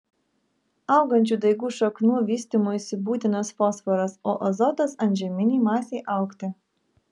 augančių daigų šaknų vystymuisi būtinas fosforas o azotas antžeminei masei augti